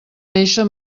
néixer